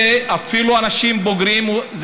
וזה מפחיד אפילו אנשים בוגרים.